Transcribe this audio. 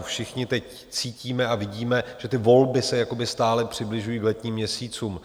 Všichni teď cítíme a vidíme, že ty volby se jakoby stále přibližují k letním měsícům.